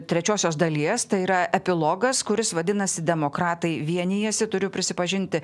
trečiosios dalies tai yra epilogas kuris vadinasi demokratai vienijasi turiu prisipažinti